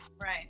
Right